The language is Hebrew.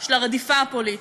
של הרדיפה הפוליטית.